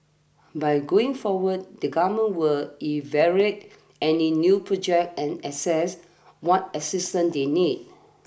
but going forward the Government were evaluate any new projects and assess what assistance they need